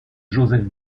joseph